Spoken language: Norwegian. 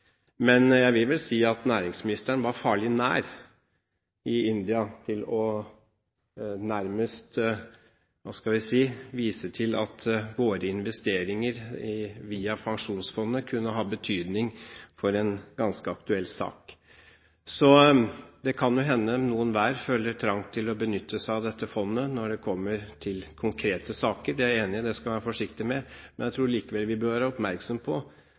Men jeg vil si at næringsministeren var farlig nær, i India, til nærmest å – hva skal jeg si – vise til at våre investeringer via Pensjonsfondet kunne ha betydning for en ganske aktuell sak. Det kan hende noen hver føler trang til å benytte seg av dette fondet når det kommer til konkrete saker. Det er jeg enig i, det skal man være forsiktig med. Men jeg tror likevel vi bør være oppmerksomme på